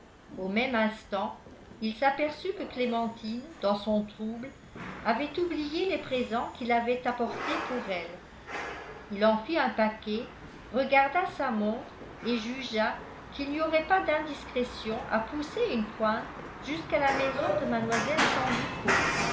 au même instant il s'aperçut que clémentine dans son trouble avait oublié les présents qu'il avait apportés pour elle il en fit un paquet regarda sa montre et jugea qu'il n'y aurait pas d'indiscrétion à pousser une pointe jusqu'à la maison de